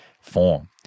form